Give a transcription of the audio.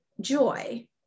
joy